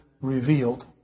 revealed